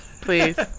Please